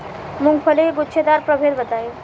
मूँगफली के गूछेदार प्रभेद बताई?